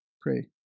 pray